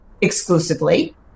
exclusively